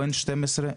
לא N12 ,